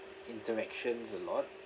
interactions a lot